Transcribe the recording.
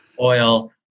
oil